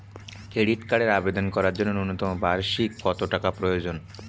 Credit কার্ডের আবেদন করার জন্য ন্যূনতম বার্ষিক কত টাকা প্রয়োজন?